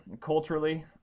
culturally